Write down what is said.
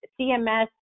CMS